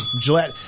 Gillette